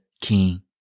King